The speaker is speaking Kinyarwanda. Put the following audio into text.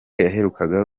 yaherukaga